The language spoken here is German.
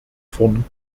vorn